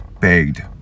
Begged